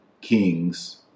kings